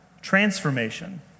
transformation